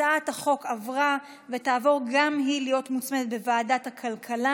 הצעת החוק המוצמדת עברה ותעבור גם היא לוועדת הכלכלה.